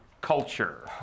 culture